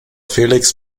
felix